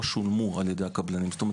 שולמו על ידי הקבלנים שמסרבים לשלם.